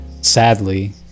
sadly